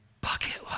Bucket